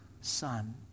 son